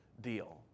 deal